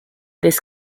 this